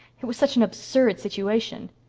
it was such an absurd situation.